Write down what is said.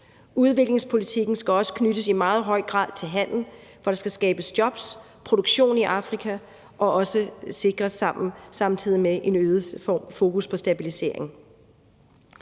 Udviklingspolitikken skal også i meget høj grad knyttes til handel, for der skal skabes jobs og produktion i Afrika, og der skal også samtidig sikres et øget fokus på stabilisering.